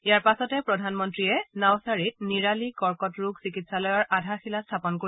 ইয়াৰ পাছতে প্ৰধানমন্ত্ৰীয়ে লগতে নৱছাৰীত নিৰালী কৰ্কট ৰোগ চিকিৎসালয়ৰ আধাৰশিলা স্থাপন কৰিব